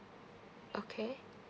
okay